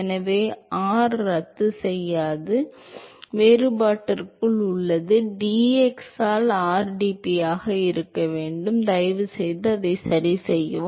எனவே r ரத்து செய்யாது ஏனெனில் இது வேறுபாட்டிற்குள் உள்ளது dx ஆல் rdp ஆக இருக்க வேண்டும் தயவுசெய்து அதை சரிசெய்யவும்